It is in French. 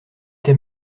t’a